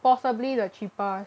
possibly the cheapest